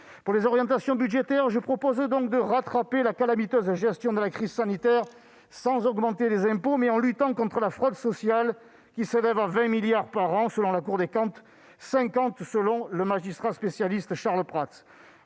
Pour les orientations budgétaires, je propose donc de rattraper la calamiteuse gestion de la crise sanitaire sans augmenter les impôts, mais en luttant contre la fraude sociale, qui s'élève à 20 milliards d'euros par an selon la Cour des comptes et à 50 milliards d'euros selon le magistrat spécialiste Charles Prats.